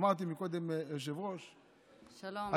אמרתי קודם ליושב-ראש, שלום וערב טוב.